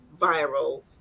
viral